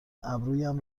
ابرویم